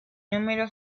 número